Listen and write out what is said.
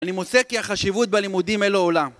אני מושג כי החשיבות בלימודים אין לו עולם